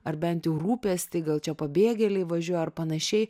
ar bent jau rūpestį gal čia pabėgėliai važiuoja ar panašiai